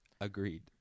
agreed